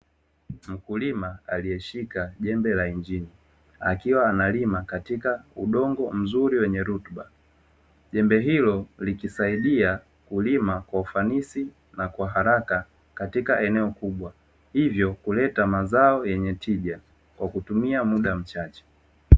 Mkulima aliyeshika jembe la injini, akiwa analima katika udongo mzuri wenye rutuba. Jembe hilo likisaidia kulima kwa ufanisi na kwa haraka katika eneo kubwa hivyo kuleta mazao yenye tija kwa kutumia muda mchache.